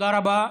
תודה רבה.